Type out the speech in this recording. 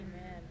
Amen